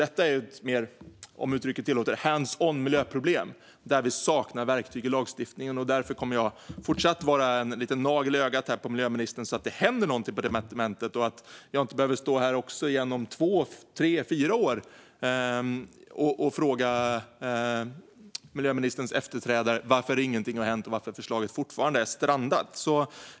Detta är ett mer, om uttrycket tillåts, hands-on miljöproblem, där vi saknar verktyg i lagstiftningen. Därför kommer jag att fortsätta att vara en liten nagel i ögat på miljöministern så att det händer någonting på departementet. Jag vill inte behöva stå här om tre fyra år och fråga miljöministerns efterträdare varför ingenting har hänt och varför förslaget fortfarande är strandat.